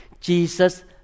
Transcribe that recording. Jesus